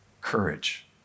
courage